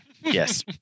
Yes